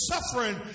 suffering